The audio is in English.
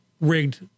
rigged